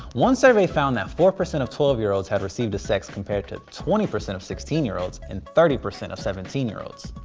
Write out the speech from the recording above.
one survey found that four percent of twelve year olds had received a sext, compared to twenty percent of sixteen year olds, and thirty percent of seventeen year olds.